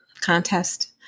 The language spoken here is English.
contest